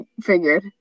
figured